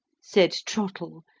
said trottle,